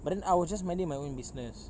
but then I was just minding my own business